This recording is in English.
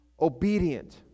obedient